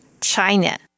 China